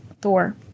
Thor